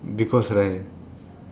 because right